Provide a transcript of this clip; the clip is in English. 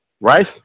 Rice